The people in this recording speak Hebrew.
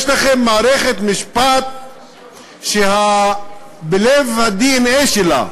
יש לכם מערכת משפט שבלב הדנ"א שלה,